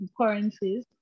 currencies